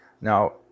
now